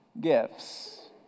gifts